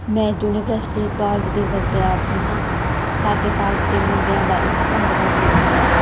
ਮੈਂ university college ਦੀ ਵਿਦਿਆਰਥਣ ਹਾਂ ਸਾਡੇ ਕਾਜਲ ਦੇ ਮੁੰਡਿਆਂ ਦਾ ਇੱਕ ਭੰਗੜਾ ਗਰੁੱਪ ਹੈ